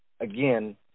again